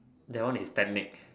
that one is technique